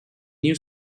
new